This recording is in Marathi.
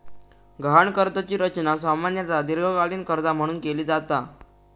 गहाण कर्जाची रचना सामान्यतः दीर्घकालीन कर्जा म्हणून केली जाता